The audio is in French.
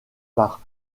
par